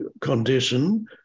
condition